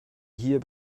hier